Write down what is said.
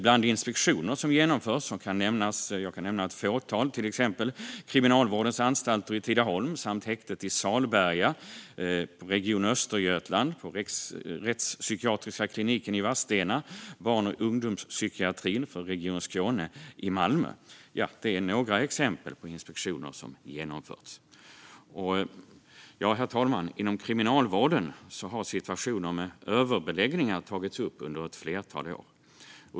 Jag kan nämna ett fåtal inspektioner som har genomförts, till exempel Kriminalvårdens anstalt i Tidaholm samt häktet i Salberga, Region Östergötland, Rättspsykiatriska regionkliniken Vadstena, barn och ungdomspsykiatrin för Region Skåne i Malmö. Det är några exempel på inspektioner som har genomförts. Inom Kriminalvården har situationer med överbeläggningar tagits upp under ett flertal år.